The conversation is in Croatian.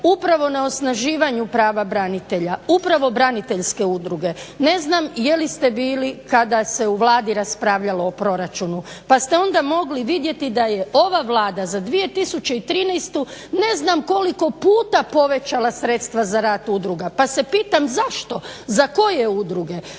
upravo na osnaživanju prava branitelja, upravo braniteljske udruge. Ne znam jeli ste bili kada se u Vladi raspravljalo o proračunu pa ste onda mogli vidjeti da je ova Vlada za 2013. Ne znam koliko puta povećala sredstva za rad udruga, pa se pitam zašto za koje udruge?